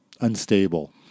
unstable